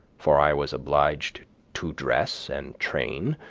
for i was obliged to dress and train,